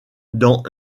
dans